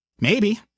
Maybe